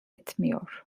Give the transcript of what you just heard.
etmiyor